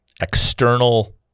external